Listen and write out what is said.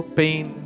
pain